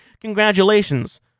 Congratulations